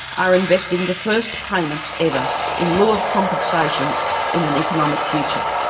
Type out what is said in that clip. are investing the first payments ever in lieu of compensation in an economic future.